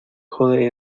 jode